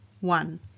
One